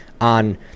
on